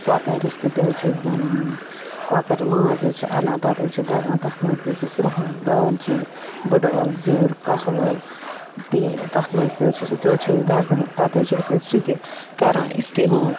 کۄکَر رِستہٕ تہِ حظ چھِ أسۍ بَناوان کۄکَر ماز حظ چھِ اَنان پَتہٕ حظ چھِ دَگان تَتھ منٛز تہِ حظ چھِ أسۍ رۄہَن دالچیٖن بٔڈٕعٲل زیُٚر کَہوٕعٲل تہٕ یہِ تَتھ منٛز تہِ حظ چھِ سُہ تہِ حظ چھِ أسۍ دَگان پَتہٕ حظ چھِ أسۍ حظ سُہ تہِ کَران استعمال